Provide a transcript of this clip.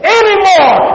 anymore